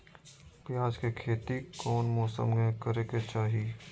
प्याज के खेती कौन मौसम में करे के चाही?